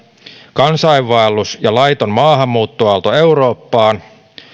kansainvaellus ja laiton maahanmuuttoaalto eurooppaan